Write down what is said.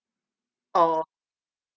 or